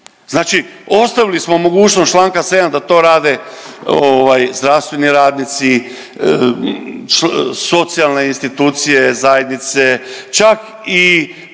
Znači ostavili smo mogućnost čl. 7 da to rade ovaj zdravstveni radnici, socijalne institucije, zajednice, čak i